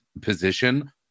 position